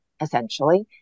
essentially